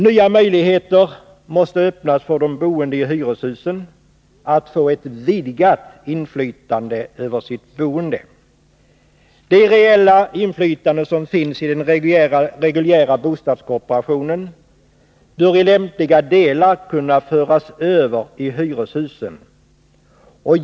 Nya möjligheter måste öppnas för de boende i hyreshusen att få ett vidgat inflytande över sitt boende. Det reella inflytande som finns i den reguljära bostadskooperationen bör i lämpliga delar kunna föras över i hyreshusen.